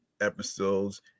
episodes